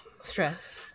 stress